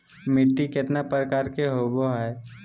मिट्टी केतना प्रकार के होबो हाय?